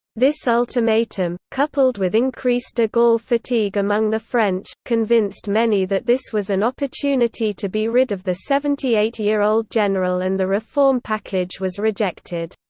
this ultimatum, coupled with increased de gaulle fatigue among the french, convinced many that this was an opportunity to be rid of the seventy eight year old general and the reform package was rejected.